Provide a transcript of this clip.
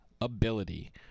ability